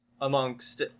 amongst